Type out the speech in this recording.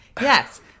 Yes